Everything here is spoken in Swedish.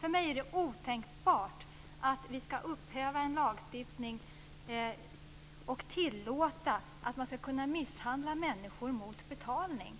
För mig är det otänkbart att vi ska upphäva en lagstiftning och tillåta att man ska kunna misshandla människor mot betalning.